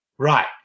Right